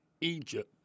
Egypt